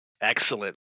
Excellent